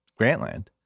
Grantland